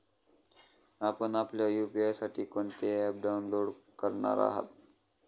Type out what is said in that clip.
आपण आपल्या यू.पी.आय साठी कोणते ॲप डाउनलोड करणार आहात?